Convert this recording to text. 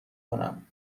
کنم